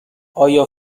آیا